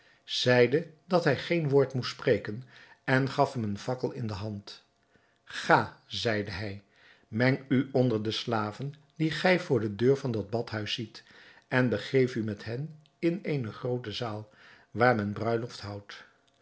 zeide dat hij geen woord moest spreken en gaf hem een fakkel in de hand ga zeide hij meng u onder de slaven die gij voor de deur van dat badhuis ziet en begeef u met hen in eene groote zaal waar men bruiloft houdt